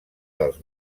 dels